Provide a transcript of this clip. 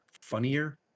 funnier